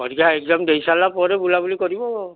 ପରୀକ୍ଷା ଏଗ୍ଜାମ୍ ଦେଇସାରିଲା ପରେ ବୁଲାବୁଲି କରିବ ଆଉ